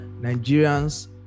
Nigerians